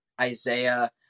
Isaiah